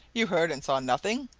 you heard and saw nothing?